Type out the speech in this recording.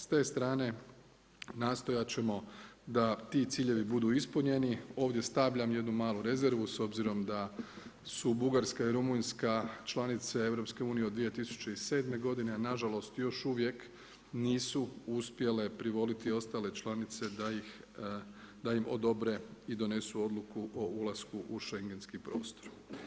S te strane nastojat ćemo da ti ciljeve budu ispunjeni, ovdje stavljam jednu malu rezervu, s obzirom da su Bugarska i Rumunjska članice EU od 2007., a nažalost, još uvijek, nisu uspjele privoliti ostale članice da im odobre i donese odluku o ulasku u Schengenski prostor.